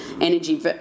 energy